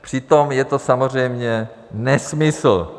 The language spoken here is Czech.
Přitom je to samozřejmě nesmysl.